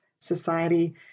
society